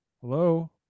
Hello